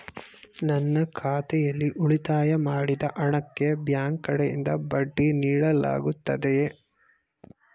ನನ್ನ ಖಾತೆಯಲ್ಲಿ ಉಳಿತಾಯ ಮಾಡಿದ ಹಣಕ್ಕೆ ಬ್ಯಾಂಕ್ ಕಡೆಯಿಂದ ಬಡ್ಡಿ ನೀಡಲಾಗುತ್ತದೆಯೇ?